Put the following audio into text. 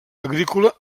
agrícola